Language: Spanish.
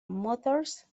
motors